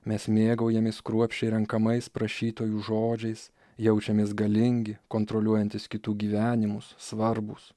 mes mėgaujamės kruopščiai renkamais prašytojų žodžiais jaučiamės galingi kontroliuojantys kitų gyvenimus svarbūs